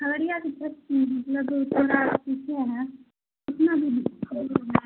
کھگڑیا کے پاس جتنا دور